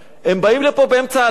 הם באים לפה באמצע הלילה,